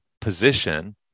position